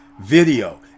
video